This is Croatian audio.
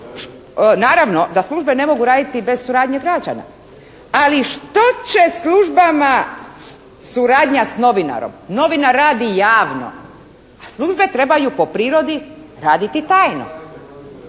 Naravno da službe ne mogu raditi bez suradnje građane, ali što će službama suradnja s novinarom? Novinar radi javno, a službe trebaju po prirodi raditi tajno.